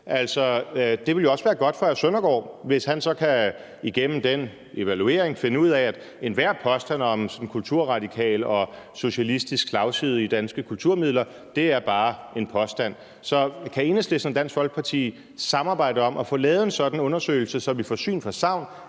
Det ville jo også være godt for hr. Søren Søndergaard, hvis han så igennem den evaluering kan finde ud af, at enhver påstand om sådan en kulturradikal og socialistisk slagside i danske kulturmidler bare er en påstand. Så kan Enhedslisten og Dansk Folkeparti samarbejde om at få lavet en sådan undersøgelse, så vi får syn for sagn: